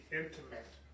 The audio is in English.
intimate